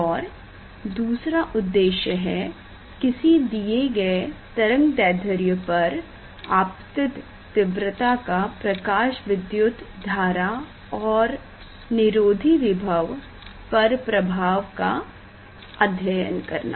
और दूसरा उद्देश्य है किसी दिये गए तरंगदैध्र्य पर आपतित तीव्रता का प्रकाशविद्युत धारा और निरोधी विभव पर प्रभाव का अध्ययन करना